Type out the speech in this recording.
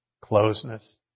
Closeness